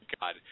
God